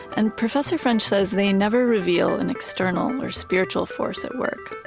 and professor french says they never reveal an external or spiritual force at work.